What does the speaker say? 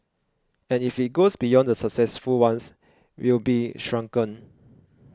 and if it goes beyond the successful ones we'll be shrunken